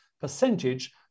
percentage